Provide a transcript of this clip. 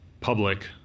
public